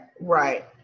right